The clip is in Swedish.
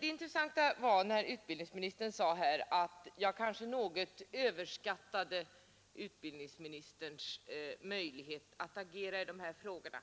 Det intressanta var utbildningsministerns uttalande att jag kanske något överskattade utbildningsministerns möjlighet att agera i dessa frågor.